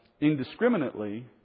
indiscriminately